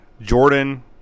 Jordan